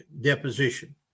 deposition